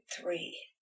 three